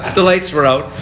and lights were out.